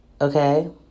Okay